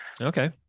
Okay